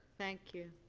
thank you.